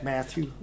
Matthew